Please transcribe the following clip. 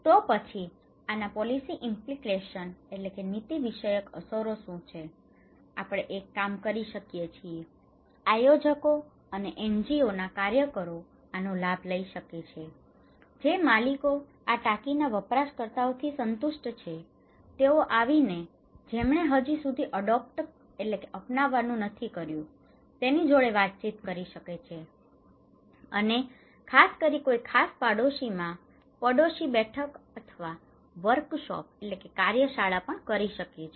તે પછી આના પોલિસી ઇમ્પલીકેશન policy implication નીતિ વિષયક અસરો શું છે આપણે એક કામ કરી શકીએ છીએ આયોજકો અને એનજીઓના કાર્યકરો આનો લાભ લઈ શકે છે જે માલિકો આ ટાંકીના વપરાશકર્તાઓથી સંતુષ્ટ છે તેઓ આવીને જેમણે હજી સુધી અડોપ્ટ adopt અપનાવવું નથી કર્યું તેની જોડે વાતચીત કરી શકે છે અને ખાસ કરીને કોઈ ખાસ પડોશમાં પડોશી બેઠક અથવા વર્કશોપ workshop કાર્યશાળા પણ કરી શકે છે